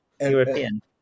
European